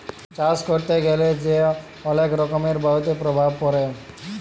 চাষ ক্যরতে গ্যালা যে অলেক রকমের বায়ুতে প্রভাব পরে